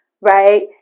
right